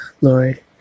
Lord